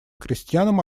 крестьянам